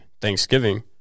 Thanksgiving